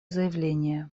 заявление